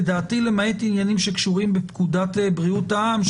למעט עניינים שקשורים בפקודת בריאות העם,